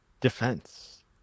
defense